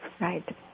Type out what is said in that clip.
Right